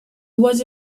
was